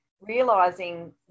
realizing